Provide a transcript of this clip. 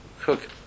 cook